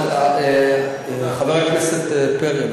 חבר הכנסת פרי,